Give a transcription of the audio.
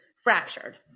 fractured